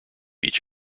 each